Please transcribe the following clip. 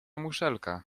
muszelka